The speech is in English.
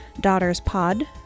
DaughtersPod